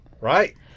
Right